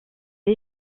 est